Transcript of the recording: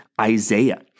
Isaiah